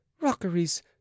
rockeries